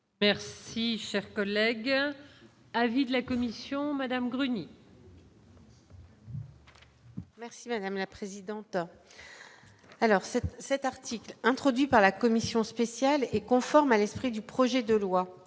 Merci, cher collègue, avis de la commission Madame Gruny. Merci madame la présidente, alors cet cet article introduit par la commission spéciale et conforme à l'esprit du projet de loi